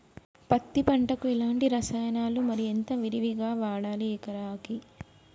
పత్తి పంటకు ఎలాంటి రసాయనాలు మరి ఎంత విరివిగా వాడాలి ఎకరాకి?